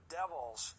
devils